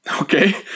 Okay